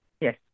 Yes